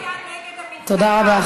זה לא היה נגד המפלגה, תודה רבה.